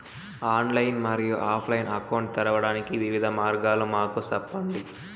Online మరియు offline account తెరవడానికి వివిధ మార్గాలు మాకు సెప్పండి?